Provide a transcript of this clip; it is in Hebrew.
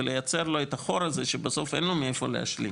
ולייצר לו את החור הזה שבסוף אין לו מאיפה להשלים